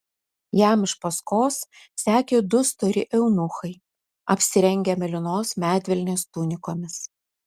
jam iš paskos sekė du stori eunuchai apsirengę mėlynos medvilnės tunikomis